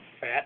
fat